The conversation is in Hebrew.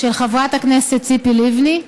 של חברת הכנסת ציפי לבני,